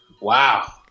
Wow